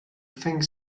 think